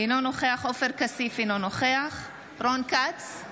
אינו נוכח עופר כסיף, אינו נוכח רון כץ,